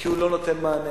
כי הוא לא נותן מענה.